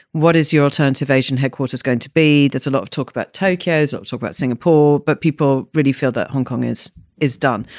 what is your alternative asian headquarters going to be? there's a lot of talk about tokyo's talk about singapore. but people really feel that hong kong is is done.